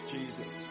Jesus